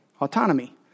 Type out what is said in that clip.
Autonomy